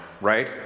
right